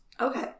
Okay